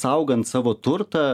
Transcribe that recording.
saugant savo turtą